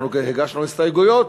אנחנו הגשנו הסתייגויות,